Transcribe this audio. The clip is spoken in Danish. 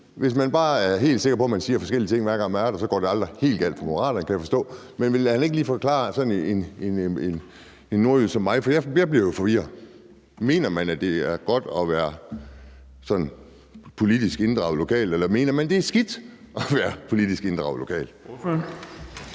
hvis man bare er helt sikker på, at man, hver gang man er på talerstolen, siger nogle forskellige ting, så går det aldrig helt galt for Moderaterne, kan jeg forstå. Men vil man ikke lige forklare det for sådan en nordjyde som mig, for jeg bliver jo forvirret, Altså om man mener, at det er godt at være politisk inddraget lokalt, eller om man mener, at det er skidt at være politisk inddraget lokalt?